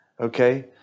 okay